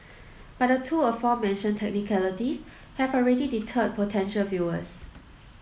but the two aforementioned technicalities have already deterred potential viewers